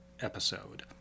episode